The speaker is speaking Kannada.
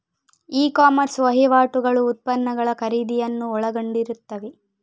ಇ ಕಾಮರ್ಸ್ ವಹಿವಾಟುಗಳು ಉತ್ಪನ್ನಗಳ ಖರೀದಿಯನ್ನು ಒಳಗೊಂಡಿರುತ್ತವೆ